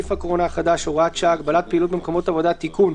נגיף הקורונה החדש (הוראת שעה) (הגבלת פעילות במקומות עבודה)(תיקון),